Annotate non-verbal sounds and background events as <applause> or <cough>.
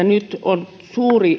<unintelligible> nyt on suuri